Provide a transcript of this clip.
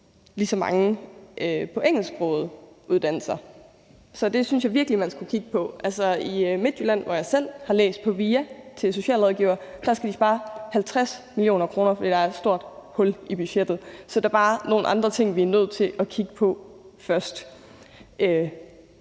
lige så mange på engelsksprogede uddannelser, og det synes jeg virkelig man skulle kigge på. I Midtjylland, hvor jeg selv har læst på VIA til socialrådgiver, skal de spare 50 mio. kr., fordi der er så stort et hul i budgettet. Så der er bare nogle andre ting, vi er nødt til at kigge på først.